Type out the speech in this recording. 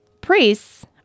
Priests